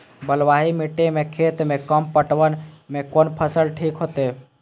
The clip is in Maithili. बलवाही मिट्टी के खेत में कम पटवन में कोन फसल ठीक होते?